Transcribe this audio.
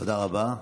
תודה רבה.